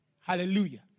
Hallelujah